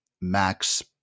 Max